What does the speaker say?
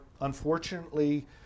unfortunately